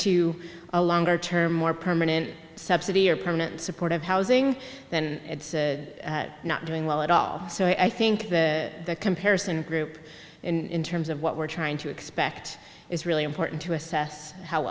to a longer term more permanent subsidy or permanent supportive housing then it's not doing well at all so i think the comparison group in terms of what we're trying to expect is really important to assess how